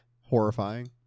horrifying